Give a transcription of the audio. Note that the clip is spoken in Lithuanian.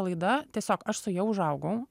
laida tiesiog aš su ja užaugau